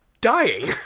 Dying